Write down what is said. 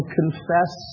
confess